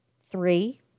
Three